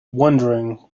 wondering